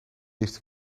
eerste